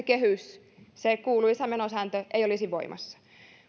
kehys se kuuluisa menosääntö ei olisi voimassa